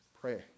Pray